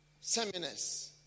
seminars